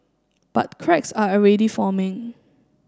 but cracks are already forming